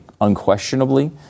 unquestionably